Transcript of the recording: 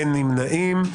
אין נמנעים.